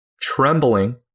trembling